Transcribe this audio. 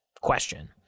question